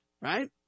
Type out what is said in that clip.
right